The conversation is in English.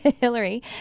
Hillary